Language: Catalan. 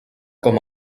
com